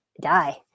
die